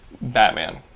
Batman